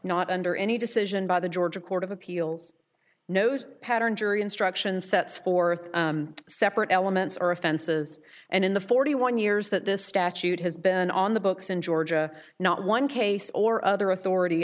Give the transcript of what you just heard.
not under any decision by the georgia court of appeals nos pattern jury instruction sets forth separate elements or offenses and in the forty one years that this statute has been on the books in georgia not one case or other authority